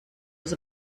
was